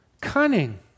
cunning